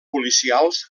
policials